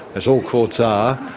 as all courts are,